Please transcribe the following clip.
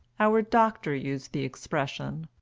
our doctor used the expression.